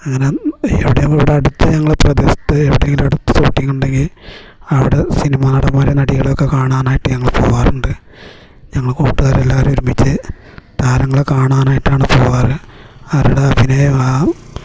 അങ്ങനെ ഇവിടെ ഇവിടടുത്ത് ഞങ്ങള പ്രദേശത്ത് എവിടെങ്കിലും അടുത്ത് ഷൂട്ടിങ്ങുണ്ടെങ്കിൽ അവിടെ സിനിമാ നടൻമാരേം നടികളെയൊക്കെ കാണാനായിട്ട് ഞങ്ങൾ പോവാറുണ്ട് ഞങ്ങൾ കൂട്ടുകാരെല്ലാരും ഒരുമിച്ച് താരങ്ങളെ കാണാനായിട്ടാണ് പോവാറ് അവരുടെ അഭിനയ ഭാവം